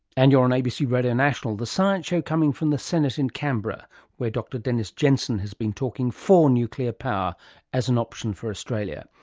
and you're on abc radio national, the science show coming from the senate in canberra where dr dennis jensen has been talking for nuclear power as an option for australia.